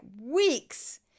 weeks